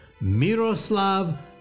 Miroslav